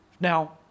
Now